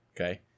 okay